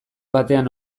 batean